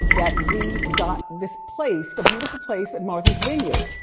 that we got this place, a beautiful place at martha's vineyard.